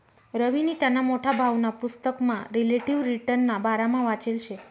रवीनी त्याना मोठा भाऊना पुसतकमा रिलेटिव्ह रिटर्नना बारामा वाचेल शे